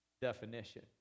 definition